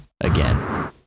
again